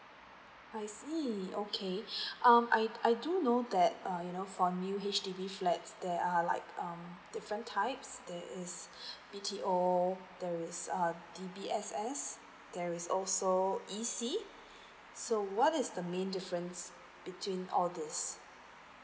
I see okay um I I do know that uh you know for new H_D_B flats there are like um different types that is B_T_O there is err D_B_S there is also E_C so what is the main difference between all these